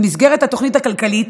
במסגרת התוכנית הכלכלית,